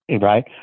Right